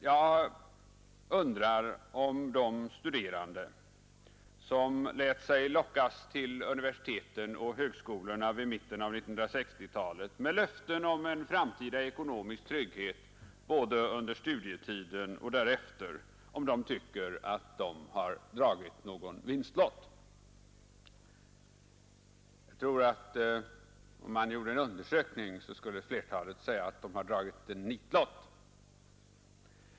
Jag undrar om de studerande, som lät sig lockas till universiteten och högskolorna vid mitten av 1960-talet med löften om framtida ekonomisk trygghet både under studietiden och därefter, tycker att de har dragit någon vinstlott. Om man gjorde en undersökning skulle nog flertalet säga att de har dragit en nitlott.